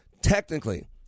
technically